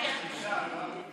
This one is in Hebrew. תודה רבה לכולם.